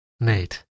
Nate